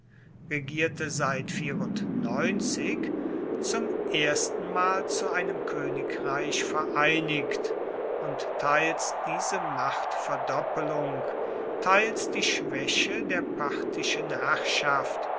regierte seit zum erstenmal zu einem königreich vereinigt und teils diese machtverdoppelung teils die schwäche der parthischen herrschaft